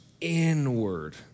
inward